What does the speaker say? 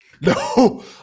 No